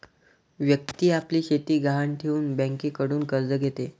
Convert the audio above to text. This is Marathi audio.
व्यक्ती आपली शेती गहाण ठेवून बँकेकडून कर्ज घेते